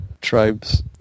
tribe's